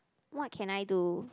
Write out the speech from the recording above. what can I do